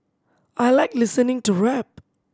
I like listening to rap